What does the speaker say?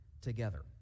together